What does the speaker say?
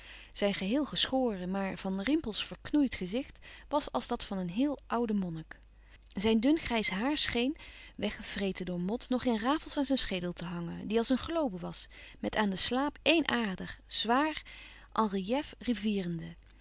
zijn geheel geschoren maar van rimpels verknoeid gezicht was als dat van een heel oude monnik zijn dun grijs haar scheen weggevreten door mot nog in rafels aan zijn schedel te hangen die als een globe was met aan den slaap éen ader zwaar en relief rivierende